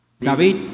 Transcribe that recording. David